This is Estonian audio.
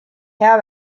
hea